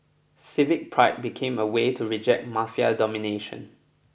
civic pride became a way to reject Mafia domination